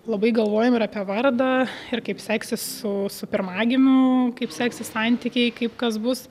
labai galvojam ir apie vardą ir kaip seksis su su pirmagimiu kaip seksis santykiai kaip kas bus